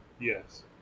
Yes